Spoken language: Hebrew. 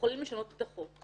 יכולים לשנות את החוק.